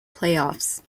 playoffs